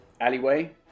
alleyway